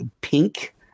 Pink